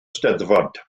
steddfod